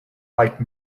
like